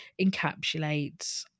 encapsulates